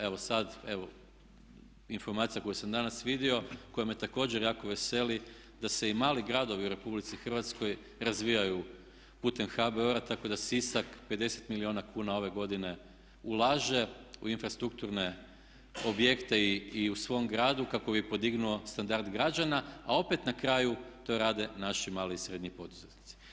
Evo sada, informacija koju sam danas vidio koja me također jako veseli da se i mali gradovi u Republici Hrvatskoj razvijaju putem HBOR-a, tako da Sisak 50 milijuna kuna ove godine ulaže u infrastrukturne objekte i u svom gradu kako bi podignuo standard građana a opet na kraju to rade naši mali i srednji poduzetnici.